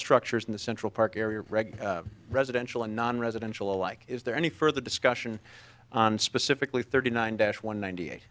structures in the central park area residential and nonresidential alike is there any further discussion on specifically thirty nine dash one ninety eight